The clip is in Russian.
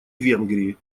венгрии